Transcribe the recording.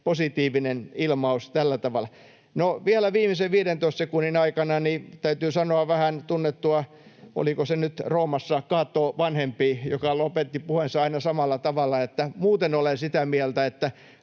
positiivinen ilmaus tällä tavalla. No, vielä viimeisen 15 sekunnin aikana täytyy sanoa vähän mukaillen kuulua — oliko se nyt Roomassa — Cato vanhempaa, joka lopetti puheensa aina samalla tavalla: muuten olen sitä mieltä, että